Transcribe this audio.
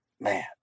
man